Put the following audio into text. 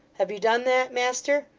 have you done that, master?